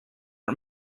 are